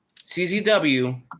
CZW